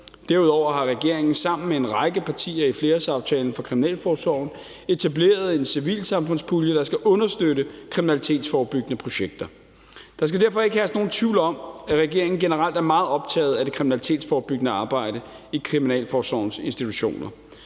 Derudover har regeringen sammen med en række partier i flerårsaftalen for Kriminalforsorgen etableret en civilsamfundspulje, der skal understøtte kriminalitetsforebyggende projekter. Der skal derfor ikke herske nogen tvivl om, at regeringen generelt er meget optaget af det kriminalitetsforebyggende arbejde i Kriminalforsorgens institutioner,